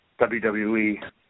WWE